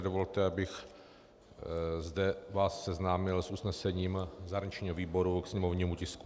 Dovolte, abych vás seznámil s usnesením zahraničního výboru k sněmovnímu tisku 492.